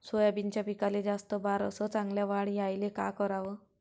सोयाबीनच्या पिकाले जास्त बार अस चांगल्या वाढ यायले का कराव?